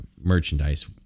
merchandise